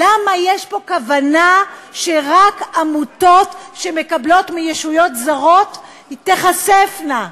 למה יש פה כוונה שרק עמותות שמקבלות מישויות זרות תיחשפנה,